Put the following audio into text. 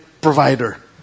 provider